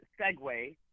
segue